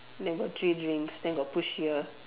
then got three drinks then got push here